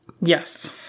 Yes